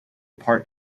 part